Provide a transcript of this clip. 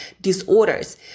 disorders